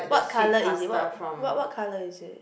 what colour is it what what what colour is it